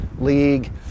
league